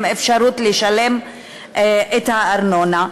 עם אפשרות לשלם את הארנונה.